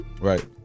Right